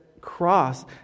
cross